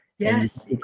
Yes